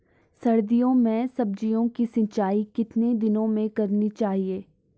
सर्दियों में सब्जियों की सिंचाई कितने दिनों में करनी चाहिए?